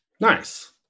Nice